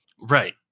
Right